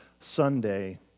Sunday